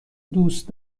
دوست